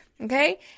okay